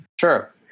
Sure